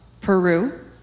Peru